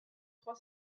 trois